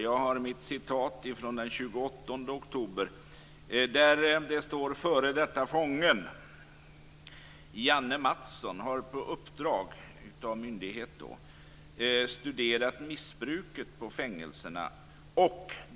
Jag skall återge en artikel från den 28 oktober. Det handlar om f.d. fången Janne Mattsson som på uppdrag av en myndighet studerat missbruket på fängelserna.